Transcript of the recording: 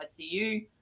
ICU